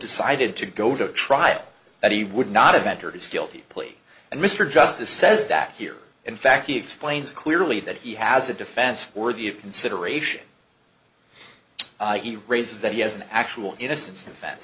decided to go to trial that he would not have entered his guilty plea and mr justice says that here in fact he explains clearly that he has a defense worthy of consideration he raises that he has an actual innocence defen